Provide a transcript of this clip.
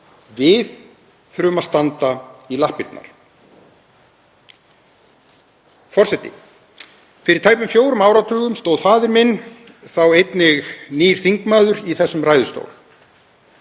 Við þurfum að standa í lappirnar. Forseti. Fyrir tæpum fjórum áratugum stóð faðir minn, þá einnig nýr þingmaður, í þessum ræðustól.